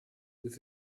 with